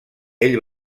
ell